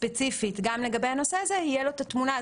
ספציפית גם לגבי הנושא הזה, תהיה לו התמונה.